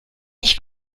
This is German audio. ich